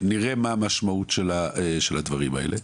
נראה מה המשמעות של הדברים האלה.